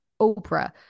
Oprah